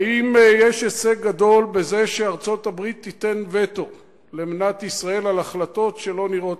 האם יש הישג גדול בזה שארצות-הברית תיתן וטו על החלטות שלא נראות